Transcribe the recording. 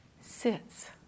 sits